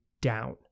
down